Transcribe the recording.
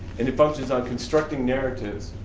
and it functions on constructing narratives